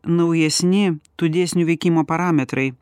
naujesni tų dėsnių veikimo parametrai